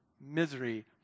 misery